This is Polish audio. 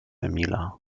emila